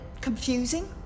confusing